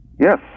Yes